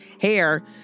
hair